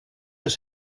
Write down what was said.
his